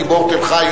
גיבור תל-חי,